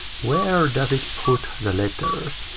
where does it put the letters?